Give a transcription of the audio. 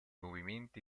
movimenti